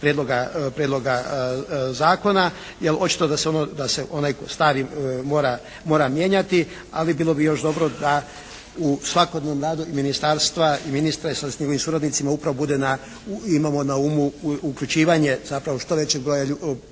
prijedloga zakona, jel' očito da se onaj stari mora mijenjati. Ali bilo bi još dobro da u svakodnevnom radu i ministarstva i ministra sa njegovim suradnicima upravo bude na, imamo na umu uključivanje zapravo što većeg broja posebice